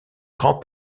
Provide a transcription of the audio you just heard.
grand